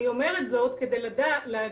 אני אומרת זאת כדי להגיד